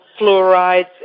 fluorides